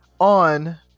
on